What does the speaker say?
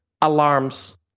alarms